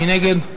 מי נגד?